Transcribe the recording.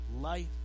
life